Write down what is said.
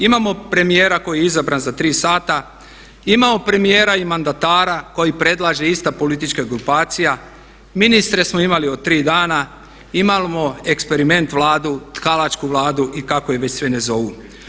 Imamo premijera koji je izabran za 3 sata, imamo premijera i mandatara koji predlaže ista politička grupacija, ministre smo imali od 3 dana, imamo eksperiment Vladu, tkalačku Vladu i kako je već sve ne zovu.